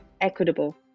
equitable